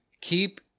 keep